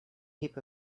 heap